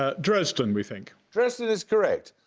ah dresden, we think. dresden is correct.